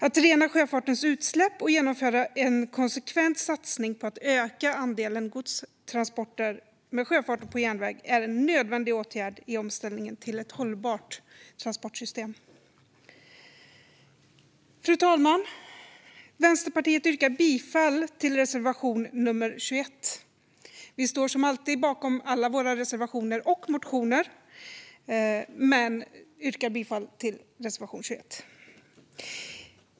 Att rena sjöfartens utsläpp och genomföra en konsekvent satsning på att öka andelen godstransporter med sjöfart och på järnväg är en nödvändig åtgärd i omställningen till ett hållbart transportsystem. Fru talman! Vänsterpartiet yrkar bifall till reservation 21. Vi står som alltid bakom alla våra reservationer och motioner men yrkar alltså bifall endast till reservation 21.